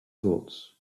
thoughts